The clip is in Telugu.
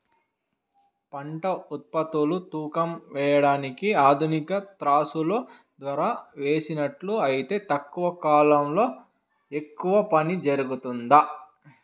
పంట ఉత్పత్తులు తూకం వేయడానికి ఆధునిక త్రాసులో ద్వారా వేసినట్లు అయితే తక్కువ కాలంలో ఎక్కువగా పని జరుగుతుందా?